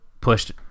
pushed